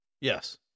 yes